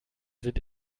sind